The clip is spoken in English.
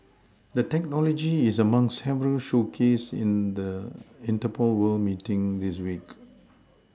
the technology is among several showcased at the interpol world meeting this week